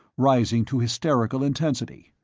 rising to hysterical intensity.